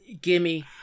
Gimme